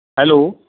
hello